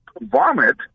vomit